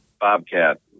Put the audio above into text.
Bobcat